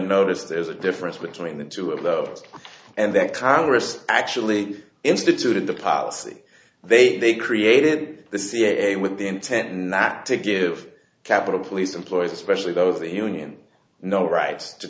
notice there's a difference between the two of those and that congress actually instituted the policy they created the ca with the intent and that to give capitol police employees especially those the union no right to